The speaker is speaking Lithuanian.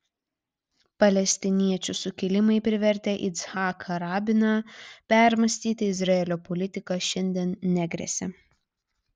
palestiniečių sukilimai privertę yitzhaką rabiną permąstyti izraelio politiką šiandien negresia